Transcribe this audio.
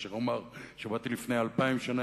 וכאשר אומר שבאתי לפני אלפיים שנה,